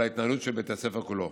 על התנהלות בית הספר כולו.